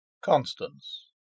CONSTANCE